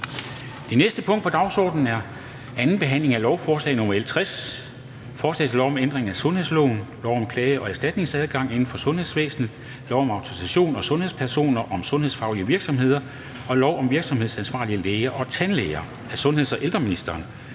Betænkning 26.11.2020). 11) 2. behandling af lovforslag nr. L 60: Forslag til lov om ændring af sundhedsloven, lov om klage- og erstatningsadgang inden for sundhedsvæsenet, lov om autorisation af sundhedspersoner og om sundhedsfaglig virksomhed og lov om virksomhedsansvarlige læger og tandlæger. (Oprettelse af Ankenævnet